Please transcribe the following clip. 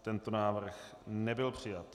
Tento návrh nebyl přijat.